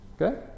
Okay